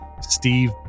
Steve